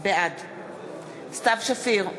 בעד סתיו שפיר,